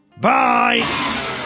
Bye